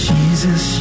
Jesus